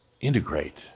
integrate